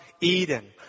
Eden